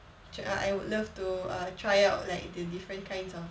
err I would love to err try out like the different kinds of